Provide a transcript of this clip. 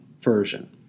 version